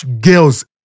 girls